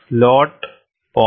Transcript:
slot 0